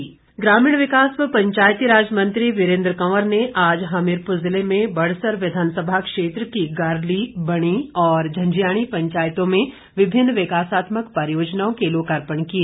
वीरेंद्र कंवर ग्रामीण विकास व पंचायती राज मंत्री वीरेंद्र कंवर ने आज हमीरपुर जिले में बड़सर विधानसभा क्षेत्र की गारली बणी और झंजयाणी पंचायतों में विभिन्न विकासात्मक परियोजनाओं के लोकार्पण किए